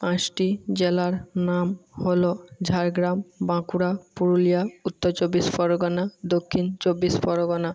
পাঁচটি জেলার নাম হল ঝাড়গ্রাম বাঁকুড়া পুরুলিয়া উত্তর চব্বিশ পরগনা দক্ষিণ চব্বিশ পরগনা